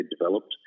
developed